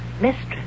Mistress